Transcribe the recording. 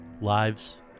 lives